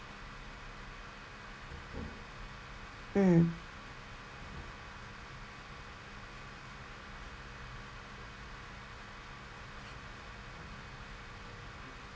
mm